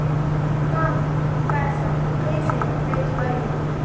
हम पैसा कईसे भेजबई?